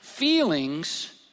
Feelings